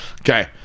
Okay